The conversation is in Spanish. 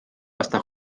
hasta